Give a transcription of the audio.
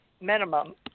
minimum